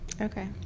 Okay